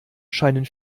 scheinen